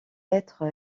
être